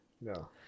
No